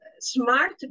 smart